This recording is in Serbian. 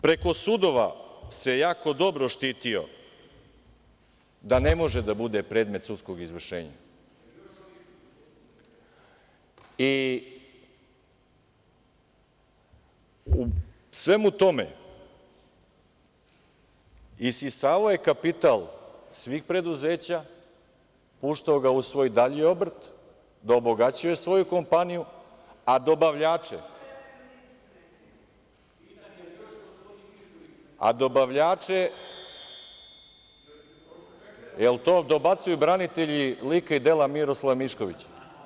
Preko sudova se jako dobro štitio da ne može da bude predmet sudskog izvršenja i u svemu tome isisavao je kapital svih preduzeća, puštao ga u svoj dalji obrt da obogaćuje svoju kompaniju, a dobavljače … (Poslanici SRS dobacuju.) Jel to dobacuju branitelji lika i dela Miroslava Miškovića?